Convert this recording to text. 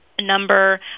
number